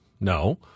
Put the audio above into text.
no